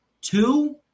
Two